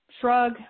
shrug